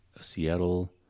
Seattle